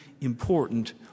important